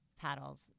paddles